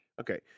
Okay